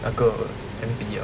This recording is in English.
那个 M_P ah